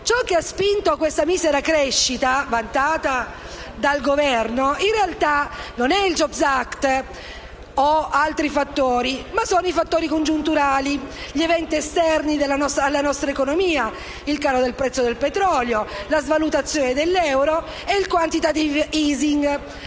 Ciò che ha spinto questa miseria crescita, vantata dal Governo, in realtà non è il *jobs act*, ma sono fattori congiunturali, vale a dire eventi esterni alla nostra economia: il calo del prezzo del petrolio, la svalutazione dell'euro e il *quantitative easing*;